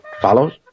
follows